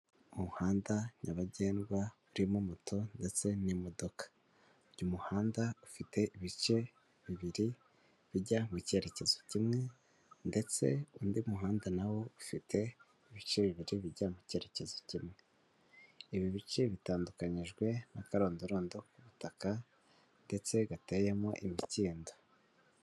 Umuhanda nyabagendwa urimo moto ndetse n'imodoka uyu muhanda ufite ibice bibiri bijya mu cyerekezo kimwe ndetse undi muhanda nawo ufite ibice bibiri bijya mu cyerekezo kimwe, ibi bice bitandukanyijwe na karondorondo ku butaka ndetse gateyemo imikindo.